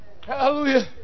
Hallelujah